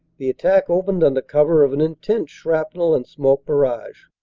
the attack opened under cover of an intense shrapnel and smoke barrage.